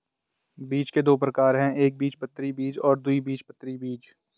बीज के दो प्रकार है एकबीजपत्री बीज और द्विबीजपत्री बीज